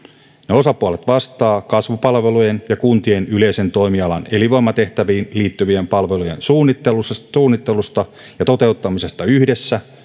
osapuolet vastaavat kasvupalvelujen ja kuntien yleisen toimialan elinvoimatehtäviin liittyvien palvelujen suunnittelusta suunnittelusta ja toteuttamisesta yhdessä